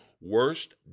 worst